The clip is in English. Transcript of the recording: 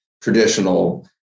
traditional